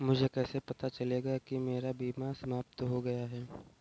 मुझे कैसे पता चलेगा कि मेरा बीमा समाप्त हो गया है?